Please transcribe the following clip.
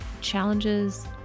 challenges